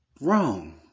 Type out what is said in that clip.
wrong